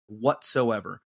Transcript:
whatsoever